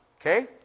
Okay